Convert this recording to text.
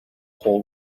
whole